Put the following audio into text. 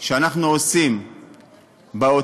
שאנחנו עושים באוצר,